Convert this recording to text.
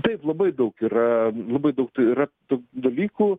taip labai daug yra labai daug tų yra tų dalykų